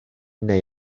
neu